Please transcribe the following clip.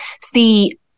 see